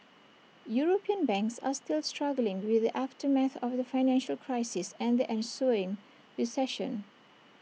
european banks are still struggling with the aftermath of the financial crisis and the ensuing recession